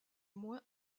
moins